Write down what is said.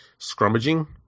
scrummaging